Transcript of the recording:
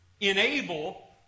enable